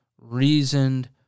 reasoned